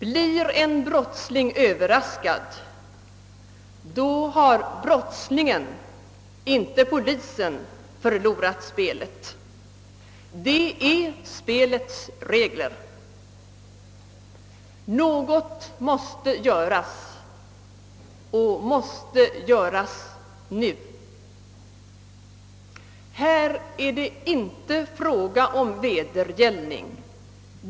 Blir en brottsling överraskad då har brottslingen, inte polisen, förlorat spelet. Det är spelets regler. Något måste göras och det måste göras nu. Här är det inte fråga om vedergällning.